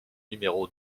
numéro